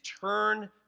turn